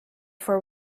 for